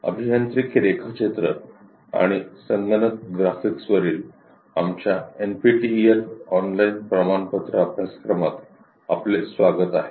अभियांत्रिकी रेखाचित्र आणि संगणक ग्राफिक्सवरील आमच्या एनपीटीईएल ऑनलाईन प्रमाणपत्र अभ्यासक्रमात आपले स्वागत आहे